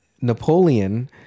napoleon